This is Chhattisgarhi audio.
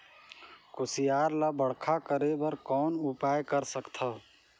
कुसियार ल बड़खा करे बर कौन उपाय कर सकथव?